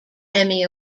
emmy